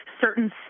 certain